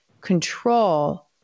control